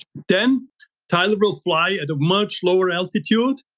then tyler will fly at a much lower altitude,